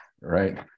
Right